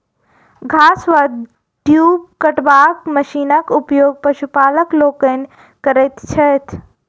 घास वा दूइब कटबाक मशीनक उपयोग पशुपालक लोकनि करैत छथि